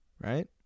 Right